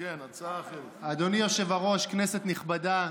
אדוני היושב-ראש, כנסת נכבדה,